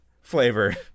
flavor